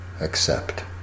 Accept